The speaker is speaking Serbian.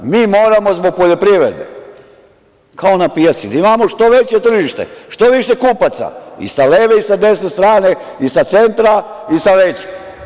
Mi moramo zbog poljoprivrede, kao na pijaci da imamo što veće tržište, što više kupaca i sa leve i sa desne strane, i sa centra i sa leđa.